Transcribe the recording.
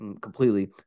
completely